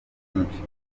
myinshi